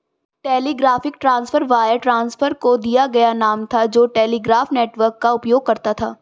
telegraphic transfer wire transfer को दिया गया नाम था जो टेलीग्राफ नेटवर्क का उपयोग करता था